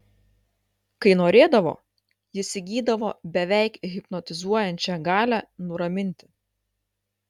kai norėdavo jis įgydavo beveik hipnotizuojančią galią nuraminti